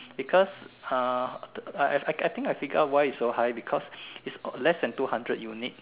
because uh I I I think I figure out why it's so high because it's less than two hundred unit